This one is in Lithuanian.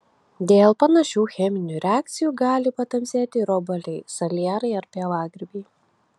dėl panašių cheminių reakcijų gali patamsėti ir obuoliai salierai ar pievagrybiai